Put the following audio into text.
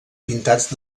pintats